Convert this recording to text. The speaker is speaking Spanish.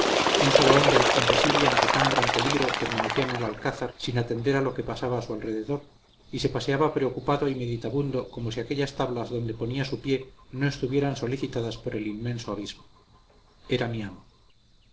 un solo hombre impasible ante tan gran peligro permanecía en el alcázar sin atender a lo que pasaba a su alrededor y se paseaba preocupado y meditabundo como si aquellas tablas donde ponía su pie no estuvieran solicitadas por el inmenso abismo era mi amo